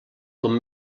com